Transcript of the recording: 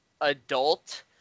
adult